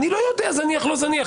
אני לא יודע זניח, לא זניח.